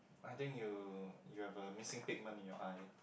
I think you you have a missing pigment in your eye